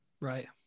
right